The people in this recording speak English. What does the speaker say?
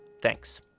Thanks